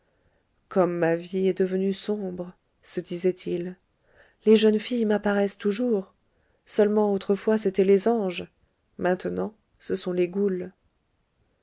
comme ma vie est devenue sombre se disait-il les jeunes filles m'apparaissent toujours seulement autrefois c'étaient les anges maintenant ce sont les goules